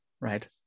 right